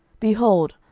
behold,